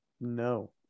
No